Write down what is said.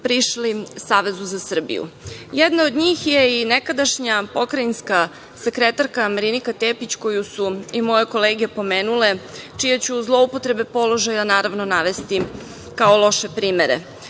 prišli Savezu za Srbiju. Jedna od njih je i nekadašnja pokrajinska sekretarka, Marinika Tepić, koju su i moje kolege pomenule, čije ću zloupotrebe položaja, naravno, navesti kao loše primere. Naime,